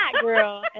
girl